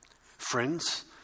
Friends